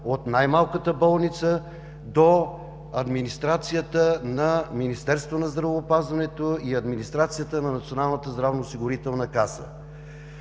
от най-малката болница до администрацията на Министерството на здравеопазването и администрацията на Националната здравноосигурителна каса.